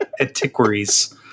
Antiquaries